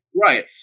right